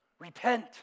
Repent